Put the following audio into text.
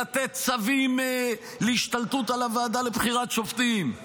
לתת צווים להשתלטות על הוועדה לבחירת שופטים,